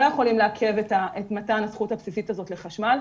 יכולים לעכב את מתן הזכות הבסיסית הזאת לחשמל,